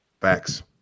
Facts